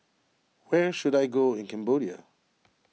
where should I go in Cambodia